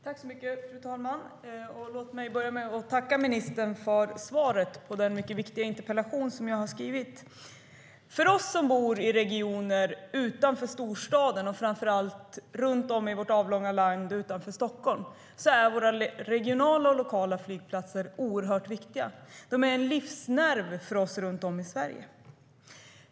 Fru talman! Låt mig börja med att tacka ministern för svaret på den mycket viktiga interpellation som jag har skrivit. För oss som bor i regioner utanför storstaden och framför allt runt om i vårt avlånga land utanför Stockholm är våra regionala och lokala flygplatser oerhört viktiga. De är en livsnerv för oss runt om i Sverige.